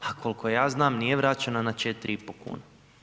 A koliko ja znam nije vraćeno na 4,5 kune.